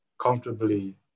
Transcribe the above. comfortably